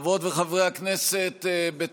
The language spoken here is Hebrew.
חברות וחברי הכנסת, נא לשבת.